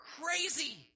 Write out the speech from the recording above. crazy